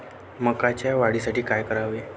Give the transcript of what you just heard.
मकाच्या वाढीसाठी काय करावे?